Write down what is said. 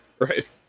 Right